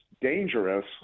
dangerous